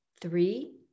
three